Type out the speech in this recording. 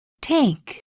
Take